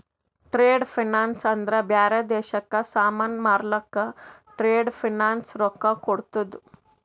trade finance ಅಂದ್ರ ಬ್ಯಾರೆ ದೇಶಕ್ಕ ಸಾಮಾನ್ ಮಾರ್ಲಕ್ ಟ್ರೇಡ್ ಫೈನಾನ್ಸ್ ರೊಕ್ಕಾ ಕೋಡ್ತುದ್